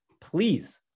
please